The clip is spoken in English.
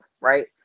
right